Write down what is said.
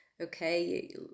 okay